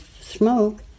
smoke